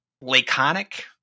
laconic